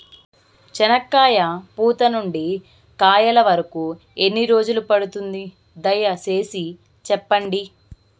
చెనక్కాయ పూత నుండి కాయల వరకు ఎన్ని రోజులు పడుతుంది? దయ సేసి చెప్పండి?